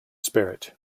spirit